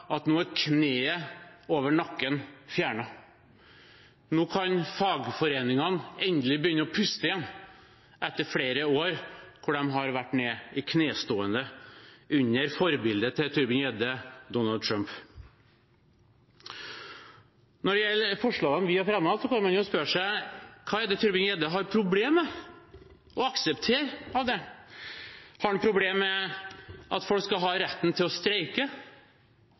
at nå er kneet over nakken fjernet. Nå kan fagforeningene endelig begynne å puste igjen etter flere år hvor de har vært nede i knestående, under forbildet til Tybring-Gjedde, Donald Trump. Når det gjelder forslagene vi har fremmet, kan man spørre seg: Hva av det er det Tybring-Gjedde har problemer med å akseptere? Har han problemer med at folk skal ha retten til å streike?